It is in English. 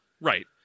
Right